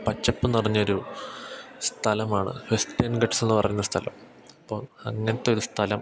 പച്ചപ്പ് നിറഞ്ഞ ഒരു സ്ഥലമാണ് വെസ്റ്റേൺ ഗട്ട്സ്ന്ന് പറയുന്ന സ്ഥലം അപ്പോൾ അങ്ങനത്തെ ഒരു സ്ഥലം